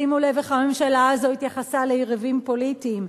שימו לב איך הממשלה הזאת התייחסה ליריבים פוליטיים,